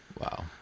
Wow